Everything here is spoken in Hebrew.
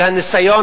של הניסיון